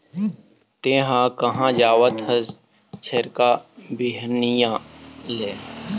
तेंहा कहाँ जावत हस छेरका, बिहनिया ले?